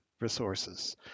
resources